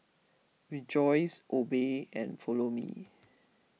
rejoice obey and Follow Me